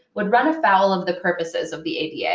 would run afoul of the purposes of the ada. yeah